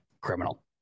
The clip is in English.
criminal